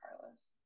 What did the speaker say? Carlos